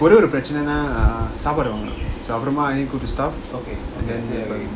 ஏதோஒருபிரச்னைனாசாப்பாடுவாங்கிடுவோம்:edhi oru prachanana sapadu vangiduvom